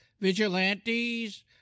Vigilantes